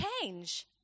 change